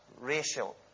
racial